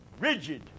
rigid